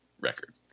record